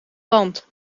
tand